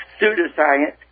pseudoscience